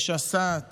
משסעת